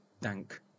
dank